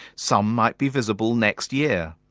some might be visible next year,